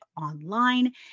online